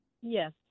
Yes